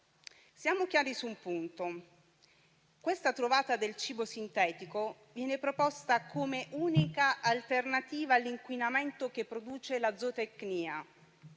Siamo chiari su un punto: questa trovata del cibo sintetico viene proposta come unica alternativa all'inquinamento che produce la zootecnia.